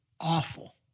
awful